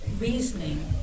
Reasoning